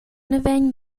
naven